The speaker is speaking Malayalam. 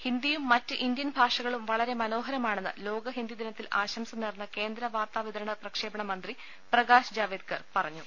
ഹിന്ദിയും മറ്റ് ഇന്ത്യൻ ഭാഷകളും വളരെ മനോഹരമാണെന്ന് ലോക ഹിന്ദി ദിനത്തിൽ ആശംസ നേർന്ന കേന്ദ്രവാർത്താവിതരണ പ്രക്ഷേപണ മന്ത്രി പ്രകാശ് ജാവ്ദേക്കർ പറഞ്ഞു